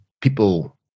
people